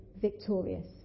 victorious